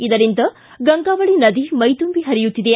ಇದರಿಂದ ಗಂಗಾವಳಿ ನದಿ ಮೈದುಂಬಿ ಪರಿಯುತ್ತಿದೆ